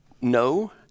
No